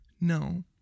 No